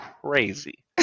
crazy